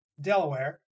Delaware